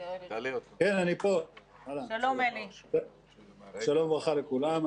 שלום וברכה לכולם.